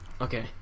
Okay